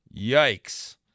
yikes